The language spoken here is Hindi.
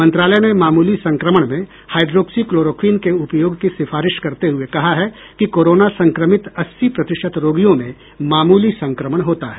मंत्रालय ने मामूली संक्रमण में हाइड्रोक्सी क्लोरोक्विन के उपयोग की सिफारिश करते हुये कहा है कि कोरोना संक्रमित अस्सी प्रतिशत रोगियों में मामूली संक्रमण होता है